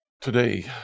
Today